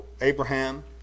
Abraham